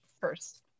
first